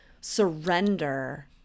surrender